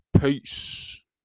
Peace